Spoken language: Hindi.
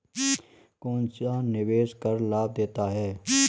कौनसा निवेश कर लाभ देता है?